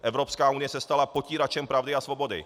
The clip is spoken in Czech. Evropská unie se stala potíračem pravdy a svobody.